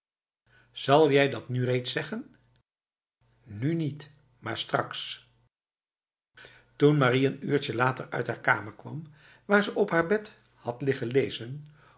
zal jij dat nü reeds zeggen nu niet maarstraks toen marie een uurtje later uit haar kamer kwam waar ze op haar bed had liggen lezen